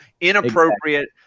inappropriate